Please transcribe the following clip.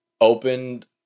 opened